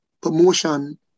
promotion